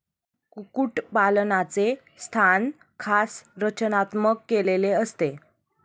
कुक्कुटपालनाचे स्थान खास रचनात्मक केलेले असते